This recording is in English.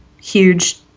huge